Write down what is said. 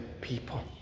people